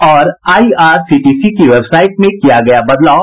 और आईआरसीटीसी की वेबसाईट में किया गया बदलाव